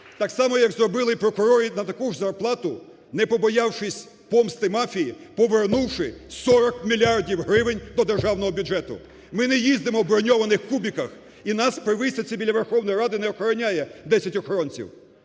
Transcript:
так само, як зробили і прокурори на таку ж зарплату, не побоявшись помсти мафії, повернувши 40 мільярдів гривень до державного бюджету. Ми не їздимо в броньованих "кубиках" і нас при висадці біля Верховної Ради не охороняє 10 охоронців.